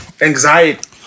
Anxiety